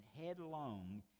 headlong